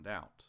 out